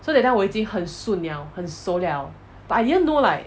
so that time 我已经很顺 liao 很熟 liao but I didn't know like